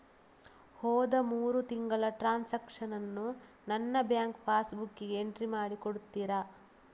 ಹೋದ ಮೂರು ತಿಂಗಳ ಟ್ರಾನ್ಸಾಕ್ಷನನ್ನು ನನ್ನ ಬ್ಯಾಂಕ್ ಪಾಸ್ ಬುಕ್ಕಿಗೆ ಎಂಟ್ರಿ ಮಾಡಿ ಕೊಡುತ್ತೀರಾ?